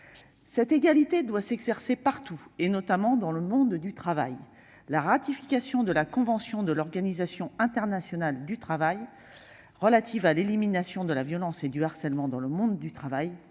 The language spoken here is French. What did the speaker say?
Cette égalité doit s'exercer partout, et notamment dans le monde du travail. La ratification de la convention n° 190 de l'Organisation internationale du travail relative à l'élimination de la violence et du harcèlement dans le monde du travail va